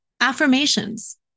Affirmations